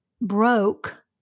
broke